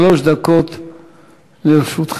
שלוש דקות לרשותך.